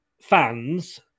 fans